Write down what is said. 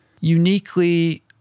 uniquely